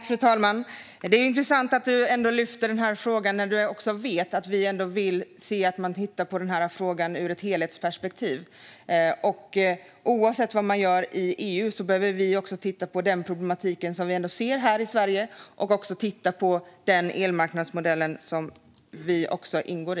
Fru talman! Det är intressant att Rickard Nordin lyfter den här frågan när han vet att vi vill att man tittar på den ur ett helhetsperspektiv. Oavsett vad man gör i EU behöver vi titta på den problematik som vi ändå ser här i Sverige och även titta på den elmarknadsmodell som vi ingår i.